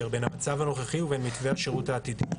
בין המצב הנוכחי ובין מתווה השירות העתידי.